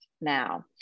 now